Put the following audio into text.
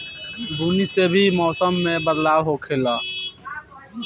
बुनी से भी मौसम मे बदलाव होखेले